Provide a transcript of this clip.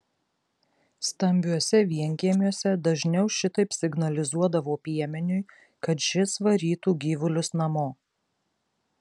stambiuose vienkiemiuose dažniau šitaip signalizuodavo piemeniui kad šis varytų gyvulius namo